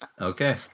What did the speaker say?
Okay